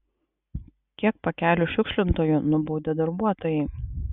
kiek pakelių šiukšlintojų nubaudė darbuotojai